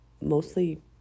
mostly